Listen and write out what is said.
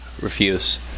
refuse